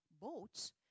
boats